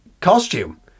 costume